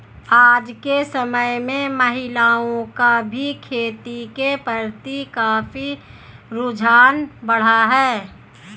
आज के समय में महिलाओं का भी खेती के प्रति काफी रुझान बढ़ा है